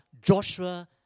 Joshua